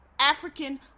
African